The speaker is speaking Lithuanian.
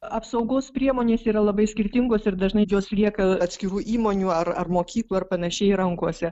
apsaugos priemonės yra labai skirtingos ir dažnai jos lieka atskirų įmonių ar ar mokyklų ar panašiai rankose